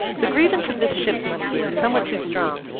the grievance of this ship money being somewhat too strong,